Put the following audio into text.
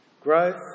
Growth